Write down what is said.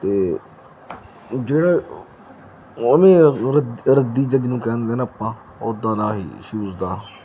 ਤੇ ਜਿਹੜੇ ਉਹ ਨੀ ਆ ਰੱ ਰੱਦੀ ਜਾਂ ਜਿਹਨੂੰ ਕਹਿੰਦੇ ਨਾ ਆਪਾਂ ਉਦਾਂ ਦਾ ਸੀ ਸ਼ੂਜ ਦਾ